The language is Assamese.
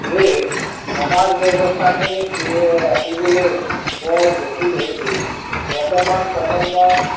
সেয়েহে সমাজ ব্যৱস্থাখিনি থিৰে ৰাখিবলৈ বৰ জটিল হৈ পৰিছে বৰ্তমান প্ৰজন্মই